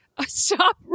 Stop